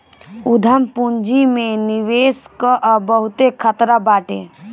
उद्यम पूंजी में निवेश कअ बहुते खतरा बाटे